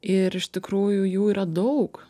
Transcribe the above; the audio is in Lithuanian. ir iš tikrųjų jų yra daug